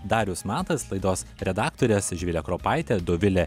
darius matas laidos redaktorės živilė kropaitė dovilė